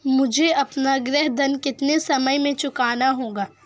मुझे अपना गृह ऋण कितने समय में चुकाना होगा?